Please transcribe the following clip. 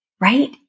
right